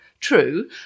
True